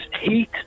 heat